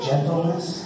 Gentleness